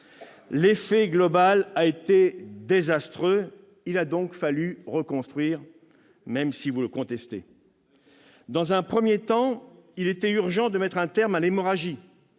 L'effet global a été désastreux. Il a donc fallu reconstruire, même si vous le contestez. Dans un premier temps, il était urgent de mettre un terme à l'hémorragie